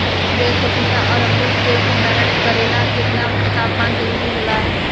बेल पपीता और अमरुद के भंडारण करेला केतना तापमान जरुरी होला?